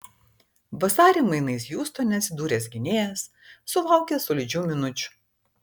vasarį mainais hjustone atsidūręs gynėjas sulaukė solidžių minučių